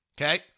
okay